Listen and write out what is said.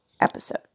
episode